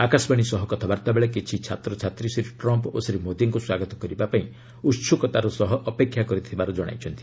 ଆକାଶବାଣୀ ସହ କଥାବାର୍ତ୍ତାବେଳେ କିଛି ଛାତ୍ରଛାତ୍ରୀ ଶ୍ରୀ ଟ୍ରମ୍ପ୍ ଓ ଶ୍ରୀ ମୋଦିଙ୍କୁ ସ୍ୱାଗତ କରିବାପାଇଁ ଉତ୍ସକତାର ସହ ଅପେକ୍ଷା କରିଥିବାର ଜଣାଇଛନ୍ତି